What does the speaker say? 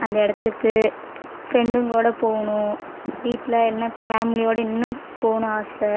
அந்த இடத்துக்கு ஃப்ரெண்டுங்களோட போகணும் வீட்டில் என்ன ஃபேம்லியோடு இன்னும் போகணும் ஆசை